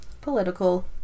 political